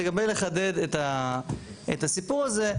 לגבי לחדד את הסיפור הזה: